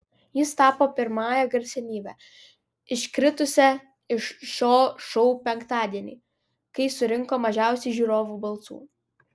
jis tapo pirmąja garsenybe iškritusia iš šio šou penktadienį kai surinko mažiausiai žiūrovų balsų